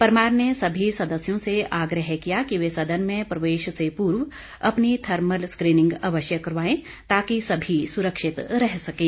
परमार ने सभी सदस्यों से आग्रह किया कि वे सदन में प्रवेश से पूर्व अपनी थर्मल स्क्रीनिंग अवश्य करवायें ताकि सभी सुरक्षित रह सकें